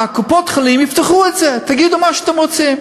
קופות-החולים יפתחו את זה, תגידו מה שאתם רוצים,